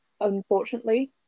unfortunately